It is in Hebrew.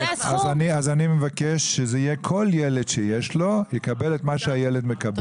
אז אני מבקש שזה יהיה כל ילד שיש לו יקבל את מה שהילד מקבל.